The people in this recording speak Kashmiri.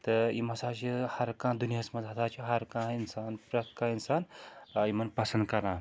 تہٕ یِم ہَسا چھِ ہر کانٛہہ دُنیاہَس منٛز ہَسا چھِ ہر کانٛہہ اِنسان پرٛٮ۪تھ کانٛہہ اِنسان یِمَن پَسنٛد کَران